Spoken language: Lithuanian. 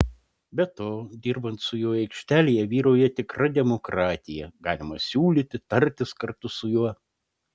be to dirbant su juo aikštelėje vyrauja tikra demokratija galima siūlyti tartis kartu su juo